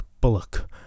bullock